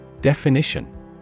Definition